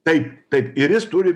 taip taip ir jis turi